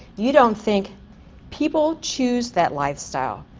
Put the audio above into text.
you don't think people choose that lifestyle,